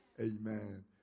amen